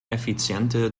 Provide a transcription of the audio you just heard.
effiziente